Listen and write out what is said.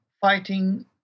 fighting